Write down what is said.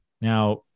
Now